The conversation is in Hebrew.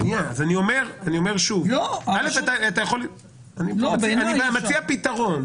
אני מציע פתרון.